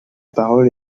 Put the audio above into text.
parole